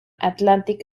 atlantic